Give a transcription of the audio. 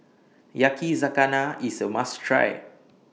Yakizakana IS A must Try